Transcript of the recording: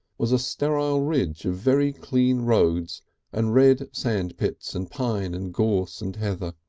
was a sterile ridge of very clean roads and red sand pits and pines and gorse and heather.